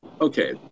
Okay